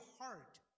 heart